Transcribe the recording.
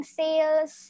sales